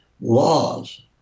laws